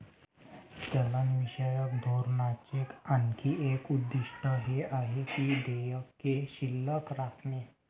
चलनविषयक धोरणाचे आणखी एक उद्दिष्ट हे आहे की देयके शिल्लक राखणे